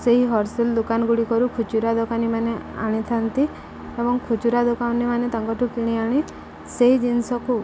ସେହି ହୋଲ୍ସେଲ୍ ଦୋକାନ ଗୁଡ଼ିକରୁ ଖୁଚୁରା ଦୋକାନୀ ମାନ ଆଣିଥାନ୍ତି ଏବଂ ଖୁଚୁରା ଦୋକାନୀ ମାନ ତାଙ୍କ ଠୁ କିଣି ଆଣି ସେଇ ଜିନିଷକୁ